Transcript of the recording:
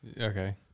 Okay